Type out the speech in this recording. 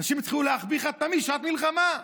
אנשים התחילו להחביא חד-פעמי, שעת מלחמה.